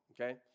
okay